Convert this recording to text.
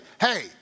Hey